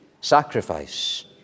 sacrifice